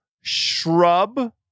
shrub